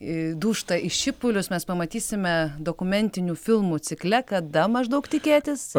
dūžta į šipulius mes pamatysime dokumentinių filmų cikle kada maždaug tikėtis